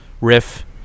riff